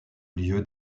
lieu